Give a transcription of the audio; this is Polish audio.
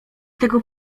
tego